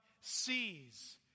sees